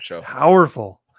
powerful